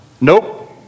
Nope